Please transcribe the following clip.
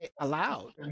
allowed